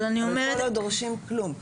פה לא דורשים כלום,